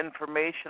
information